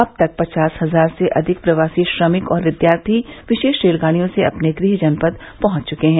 अब तक पचास हजार से अधिक प्रवासी श्रमिक और विद्यार्थी विशेष रेलगाड़ियों से अपने गृह जनपद पहुंच चुके हैं